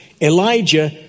Elijah